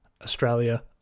australia